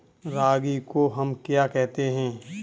रागी को हम क्या कहते हैं?